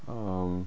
um